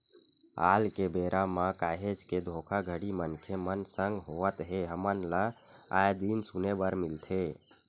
आल के बेरा म काहेच के धोखाघड़ी मनखे मन संग होवत हे हमन ल आय दिन सुने बर मिलथे